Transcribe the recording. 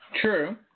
True